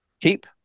Keep